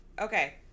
Okay